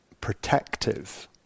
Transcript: protective